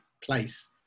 place